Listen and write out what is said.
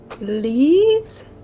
leaves